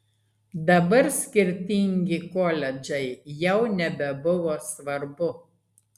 dabar skirtingi koledžai jau nebebuvo svarbu